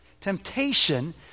Temptation